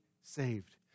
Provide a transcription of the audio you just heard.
saved